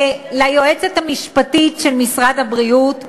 ליועצת המשפטית של משרד הבריאות,